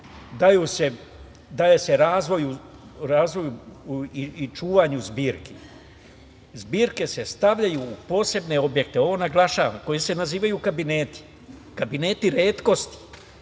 daje se razvoju i čuvanju zbirki. Zbirke se stavljaju u posebne objekte, ovo naglašavam, koje se nazivaju kabineti. Kabineti retkosti